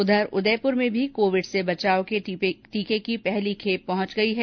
उधर उदयपूर में भी कोविड से बचाव के टीके की पहली खेप पहंच गयी है